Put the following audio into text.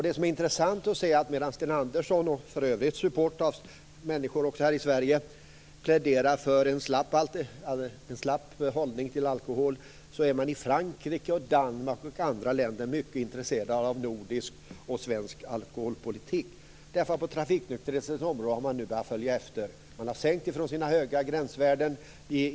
Det är intressant att se att medan Sten Andersson med support av människor här i Sverige pläderar för en slapp hållning till alkohol är man i Frankrike, Danmark och andra länder mycket intresserad av nordisk och svensk alkoholpolitik, och man har nu börjat följa efter oss på trafiknykterhetens område. Man har i flera europeiska länder sänkt sina höga gränsvärden.